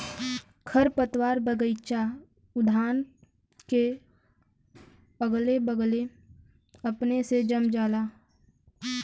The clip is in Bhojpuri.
खरपतवार बगइचा उद्यान के अगले बगले अपने से जम जाला